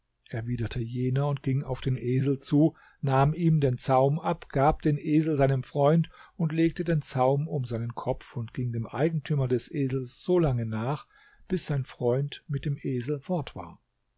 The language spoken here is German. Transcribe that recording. erwiderte jener und ging auf den esel zu nahm ihm den zaum ab gab den esel seinem freund und legte den zaum um seinen kopf und ging dem eigentümer des esels solange nach bis sein freund mit dem esel fort war